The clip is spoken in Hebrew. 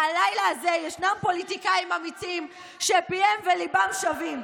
והלילה הזה ישנם פוליטיקאים אמיצים שפיהם וליבם שווים.